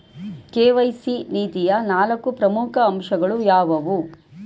KYC ನೀತಿಯ ನಾಲ್ಕು ಪ್ರಮುಖ ಅಂಶಗಳು ಯಾವುವು?